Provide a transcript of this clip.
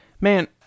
man